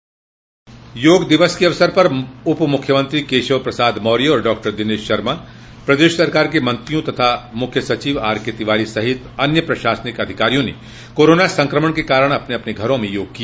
योग दिवस के अवसर पर उपमुख्यमंत्री केशव प्रसाद मौर्य और डॉक्टर दिनेश शर्मा प्रदेश सरकार के मंत्रियों तथा मुख्य सचिव आरकेतिवारी सहित अन्य प्रशासनिक अधिकारियों ने कोरोना संकमण के कारण अपने अपने घरा में योग किया